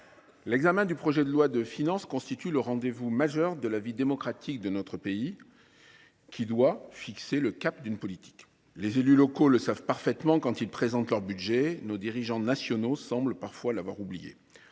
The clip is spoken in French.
l’examen du projet de loi de finances constitue un rendez vous majeur de la vie démocratique de notre pays, qui doit fixer le cap d’une politique. Les élus locaux le savent parfaitement quand ils présentent leur budget, nos dirigeants nationaux semblent au contraire l’avoir parfois